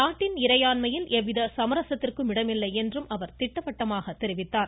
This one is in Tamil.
நாட்டின் இறையாண்மையில் எந்த சமரசத்திற்கும் இடமில்லை என்றும் அவர் திட்டவட்டமாக தெரிவித்தார்